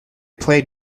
played